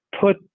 put